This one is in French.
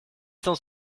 cent